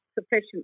sufficient